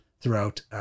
throughout